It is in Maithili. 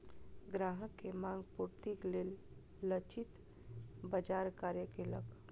ग्राहक के मांग पूर्तिक लेल लक्षित बाजार कार्य केलक